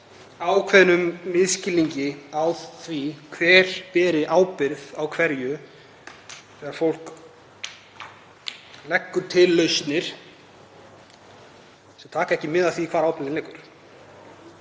ákveðnum misskilningi á því hver beri ábyrgð á hverju þegar fólk leggur til lausnir sem ekki taka mið af því hvar ábyrgðin liggur.